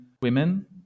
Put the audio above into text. women